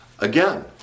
Again